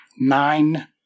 nine